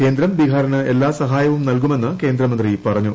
കേന്ദ്രം ബിഹാറിന് എല്ലാ സഹായവും നൽകുമെന്ന് കേന്ദ്രമന്ത്രി പറഞ്ഞു